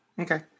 Okay